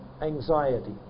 anxiety